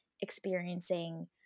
experiencing